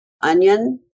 onion